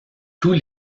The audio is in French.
tous